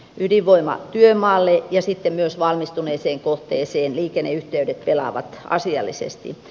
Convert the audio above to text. ydinvoima työmaalle ja sitten myös valmistuneeseen kohteeseen liikenneyhteydet pelaavat asiallisesti